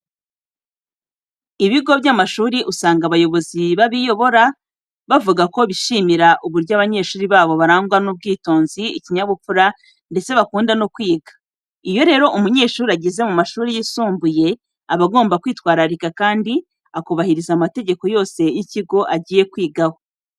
Ibigo by'amashuri usanga abayobozi babiyobora bavuga ko bishimira uburyo abanyeshuri babo barangwa n'ubwitonzi, ikinyabupfura ndetse bakunda no kwiga. Iyo rero umunyeshuri ageze mu mashuri yisumbuye, aba agomba kwitwararika kandi akubahiriza amategeko yose y'ikigo agiye kwigaho.